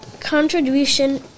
contribution